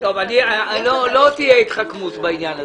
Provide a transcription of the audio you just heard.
לא תהיה התחכמות בעניין הזה.